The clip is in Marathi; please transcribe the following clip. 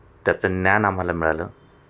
त्याचं ज्ञान आम्हाला मिळालं